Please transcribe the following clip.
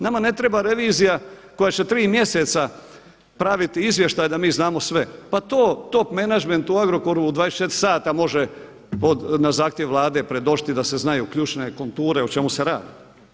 Nama ne treba revizija koja će tri mjeseca praviti izvještaj da mi znamo sve, pa to top menadžment u Agrokoru u 24 sata može na zahtjev Vlade predočiti da se znaju ključne konture o čemu se radi.